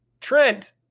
Trent